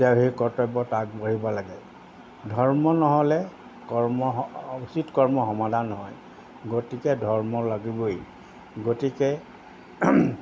এতিয়া সেই কৰ্তব্যত আগবাঢ়িব লাগে ধৰ্ম নহ'লে কৰ্ম উচিত কৰ্ম সমাধান নহয় গতিকে ধৰ্ম লাগিবই গতিকে